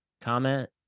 comment